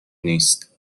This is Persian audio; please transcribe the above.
نیست